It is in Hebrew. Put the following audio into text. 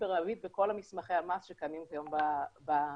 מרבית בכל מסמכי המס שקיימים כיום במדינה.